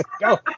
go